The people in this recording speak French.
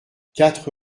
quatre